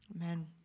Amen